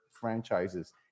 franchises